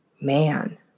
man